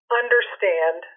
understand